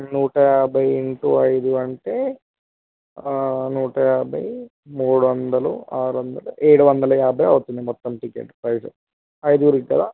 నూట యాభై ఇన్టు ఐదు అంటే నూట యాభై మూడు వందలు ఆరు వందలు ఏడు వందల యాభై అవుతుంది మొత్తం టికెట్ ప్రైస్ ఐదుగురికి కదా